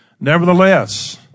Nevertheless